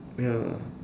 ya